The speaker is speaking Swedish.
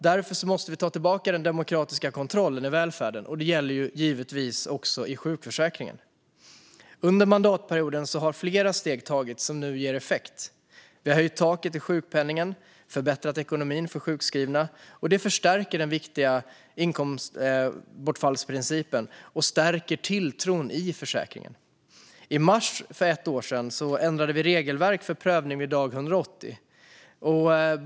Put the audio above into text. Därför måste vi ta tillbaka den demokratiska kontrollen i välfärden, och det gäller givetvis också i sjukförsäkringen. Under mandatperioden har flera steg tagits som nu ger effekt. Vi har höjt taket i sjukpenningen och förbättrat ekonomin för sjukskrivna. Det förstärker den viktiga inkomstbortfallsprincipen och stärker tilltron till försäkringen. I mars för ett år sedan ändrade vi regelverket för prövning vid dag 180.